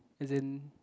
as in